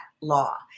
law